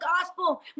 gospel